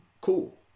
cool